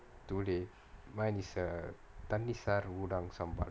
today mine is a தண்ணிசார்:thannisaar udang sambal